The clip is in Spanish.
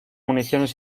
municiones